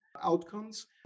outcomes